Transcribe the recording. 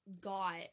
got